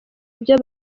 ibyo